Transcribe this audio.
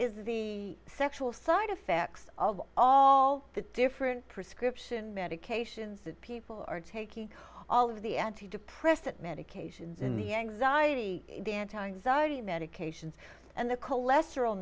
is the sexual side effects of all the different prescription medications that people are taking all of the antidepressant medications in the anxiety the anti anxiety medications and the cholesterol